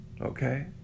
okay